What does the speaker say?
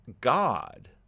God